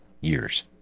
years